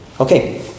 Okay